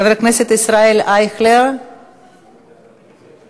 חבר הכנסת ישראל אייכלר, מגיע?